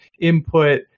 input